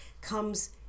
comes